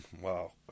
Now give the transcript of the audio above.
Wow